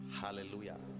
hallelujah